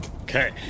Okay